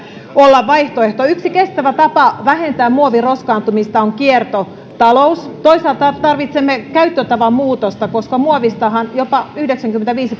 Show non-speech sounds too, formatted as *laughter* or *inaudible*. olla vaihtoehto yksi kestävä tapa vähentää muoviroskaantumista on kiertotalous toisaalta tarvitsemme käyttötavan muutosta koska muovistahan jopa yhdeksänkymmentäviisi *unintelligible*